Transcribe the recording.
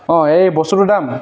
অঁ এই বস্তুটোৰ দাম